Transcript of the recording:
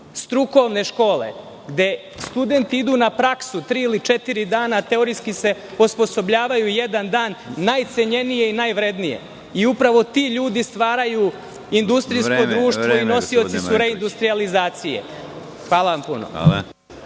strukovne škole gde studenti idu na praksu tri ili četiri dana, a teorijski se osposobljavaju jedan dan, najcenjenije i najvrednije. Upravo ti ljudi stvaraju industrijsko društvo i nosioci su reindustrijalizaicije. Hvala.